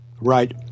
Right